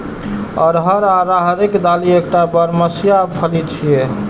अरहर या राहरिक दालि एकटा बरमसिया फली छियै